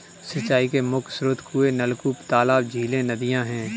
सिंचाई के मुख्य स्रोत कुएँ, नलकूप, तालाब, झीलें, नदियाँ हैं